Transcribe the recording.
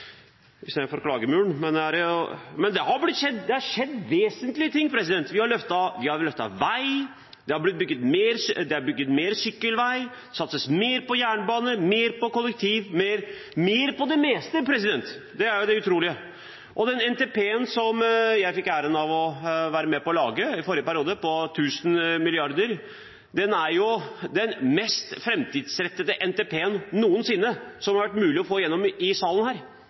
Det har skjedd vesentlige ting: Vi har løftet vei. Det har blitt bygget flere sykkelveier. Det satses mer på jernbane, mer på kollektiv – mer på det meste. Det er det utrolige. Den NTP-en som jeg fikk æren av å være med på å lage i forrige periode, på 1 000 mrd. kr, er den mest framtidsrettede NTP-en noensinne som har vært mulig å få igjennom i salen her.